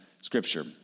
scripture